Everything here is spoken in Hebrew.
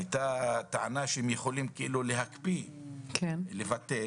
הייתה טענה שהם יכולים להקפיא ולבטל